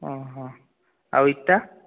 ଆଉ ଇଟା